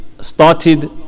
started